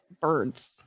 birds